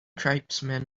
tribesman